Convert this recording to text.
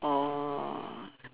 orh